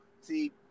see